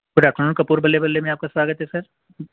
good afternoon Kapoor بلّے بلّے میں آپ کا سواگت ہے سر